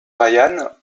ryan